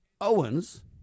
Owens